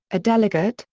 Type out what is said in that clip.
a delegate,